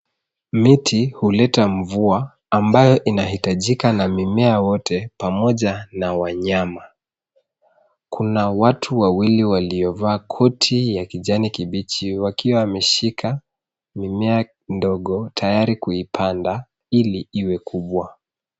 Miti huketa mvua ambayo inahitajika na mimea wote pamoja na wanyama kuna watu wawili waliovaa koti ya kijani kibichi wakiwa wameshika mimea ndogo tayari kuipanda ili iwekubwa.